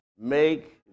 Make